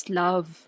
love